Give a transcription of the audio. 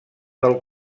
del